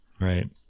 Right